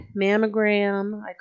mammogram